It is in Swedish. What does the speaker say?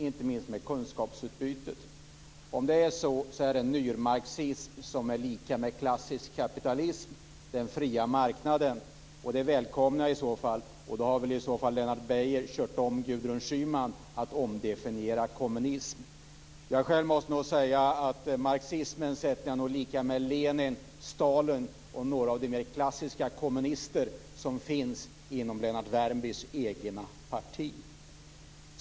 Om detta är så är det lika med nymarxism, dvs. lika med klassisk kapitalism, den fria marknaden. Det välkomnar jag. Då har Lennart Beijer kört om Gudrun Schyman i att omdefiniera kommunism. Jag sätter nog marxism lika med Lenin, Stalin och några av de mer klassiska kommunister som finns inom Lennart Beijers egna parti.